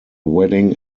wedding